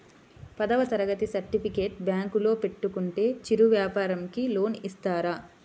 పదవ తరగతి సర్టిఫికేట్ బ్యాంకులో పెట్టుకుంటే చిరు వ్యాపారంకి లోన్ ఇస్తారా?